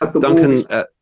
Duncan